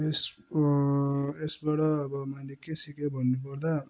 यस यसबाट अब मैले के सिकेँ भन्नुपर्दा